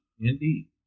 indeed